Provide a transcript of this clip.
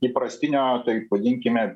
įprastinio taip vadinkime